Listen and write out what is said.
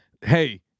Hey